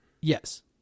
Yes